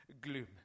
gloom